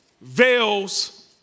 Veils